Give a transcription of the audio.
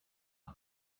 and